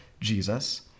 Jesus